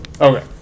Okay